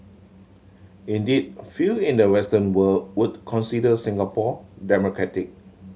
indeed few in the Western world would consider Singapore democratic